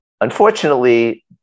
unfortunately